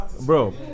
bro